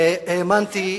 האמנתי,